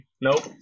Nope